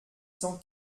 cent